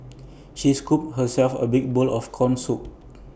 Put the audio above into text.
she scooped herself A big bowl of Corn Soup